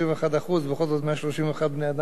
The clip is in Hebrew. גם אם זה לעומת 165, זה, כן.